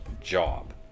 job